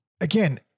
again